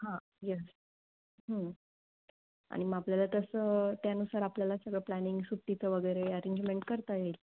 हां यस आणि मग आपल्याला तसं त्यानुसार आपल्याला सगळं प्लॅनिंग सुट्टीचं वगैरे अरेंजमेंट करता येईल